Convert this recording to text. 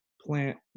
plant